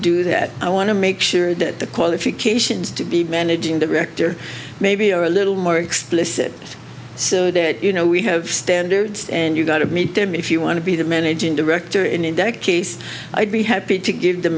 do that i want to make sure that the qualifications to be managing director maybe are a little more explicit so that you know we have standards and you got to meet them if you want to be the managing director in a decade i'd be happy to give the